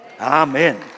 Amen